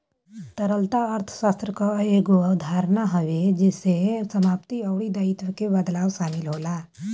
तरलता अर्थशास्त्र कअ एगो अवधारणा हवे जेसे समाप्ति अउरी दायित्व के बदलाव शामिल होला